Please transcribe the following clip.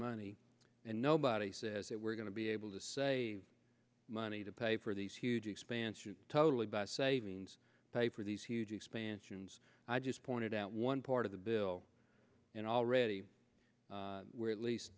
money and nobody says that we're going to be able to save money to pay for these huge expansion totally by savings pay for these huge expansions i just pointed out one part of the bill and already we're at least